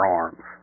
arms